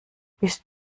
bist